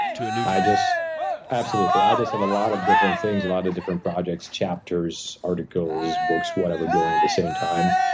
to a new topic. i just absolutely. i just have a lot of different things, a lot of different projects, chapters, articles, books, whatever, going at the same time.